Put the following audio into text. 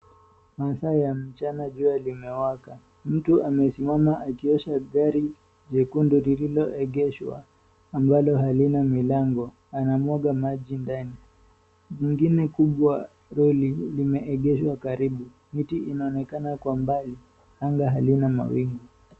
Masaa ya mchana jua limewaka, mtu amesimama akiosha gari jekundu lililoegeshwa, ambalo halina milango. Anamwaga maji ndani, jingine kubwa lori imeegeshwa karibu. Miti inaonekana kwa mbali ,anga halina mawingu.